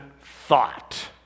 thought